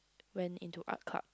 went in to Art Club